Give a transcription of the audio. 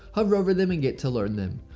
hover over them and get to learn them.